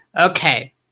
Okay